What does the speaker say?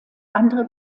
andere